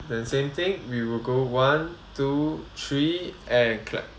the same thing we will go one two three and clap